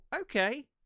Okay